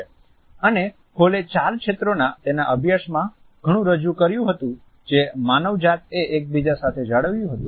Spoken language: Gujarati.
અને હોલે ચાર ક્ષેત્રોના તેના અભ્યાસમાં ઘણું રજૂ કર્યું હતું જે માનવ જાતએ એકબીજા સાથે જાળવ્યું હતું